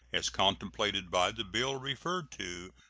as contemplated by the bill referred to,